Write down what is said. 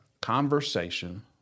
conversation